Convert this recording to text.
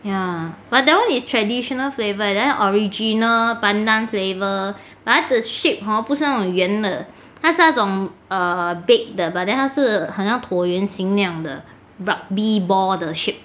ya but that [one] is traditional flavour that [one] original pandan flavour but 他的 shape hor 不是那种圆的他是那种 err baked 的 but then 他是好像椭圆形那样的 rugby ball 的 shape